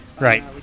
Right